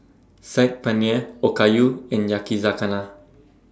Saag Paneer Okayu and Yakizakana